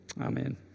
amen